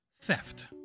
theft